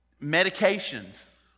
Medications